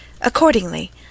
Accordingly